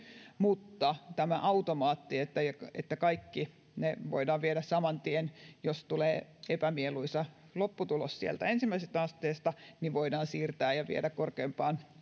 mutta tämä automaatti poistuu että kaikki ne voidaan saman tien jos tulee epämieluisa lopputulos sieltä ensimmäisestä asteesta siirtää ja viedä korkeimpaan